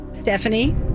Stephanie